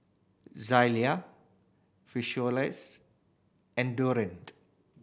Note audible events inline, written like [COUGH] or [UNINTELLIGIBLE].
Zalia [UNINTELLIGIBLE] and Durex